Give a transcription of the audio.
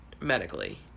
medically